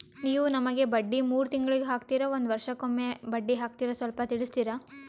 ನೀವು ನಮಗೆ ಬಡ್ಡಿ ಮೂರು ತಿಂಗಳಿಗೆ ಹಾಕ್ತಿರಾ, ಒಂದ್ ವರ್ಷಕ್ಕೆ ಒಮ್ಮೆ ಬಡ್ಡಿ ಹಾಕ್ತಿರಾ ಸ್ವಲ್ಪ ತಿಳಿಸ್ತೀರ?